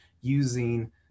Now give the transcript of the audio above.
using